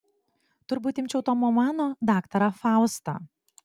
turbūt imčiau tomo mano daktarą faustą